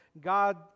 God